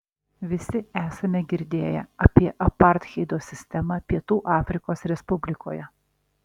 visi esame girdėję apie apartheido sistemą pietų afrikos respublikoje